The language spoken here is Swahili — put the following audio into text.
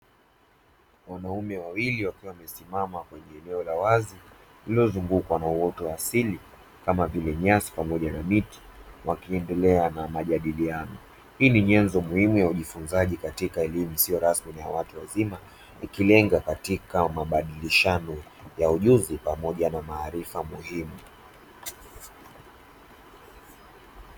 Wanaume wawili wakiwa wamesimama kwenye eneo la wazi, uliozungukwa na uoto wa asili, kama vile nyasi pamoja na miti, wakiendelea na majadiliano. Hii ni nyenzo muhimu ya ujifunzaji katika elimu isiyo rasmi ya watu wazima, ikilenga katika mabadilishano ya ujuzi pamoja na maarifa muhimu.